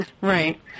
right